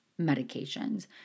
medications